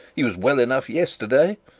he was well enough yesterday.